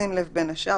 בשים לב בין השאר,